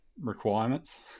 requirements